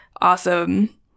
awesome